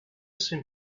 seen